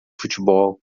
futebol